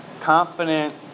confident